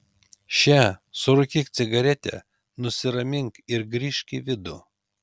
še surūkyk cigaretę nusiramink ir grįžk į vidų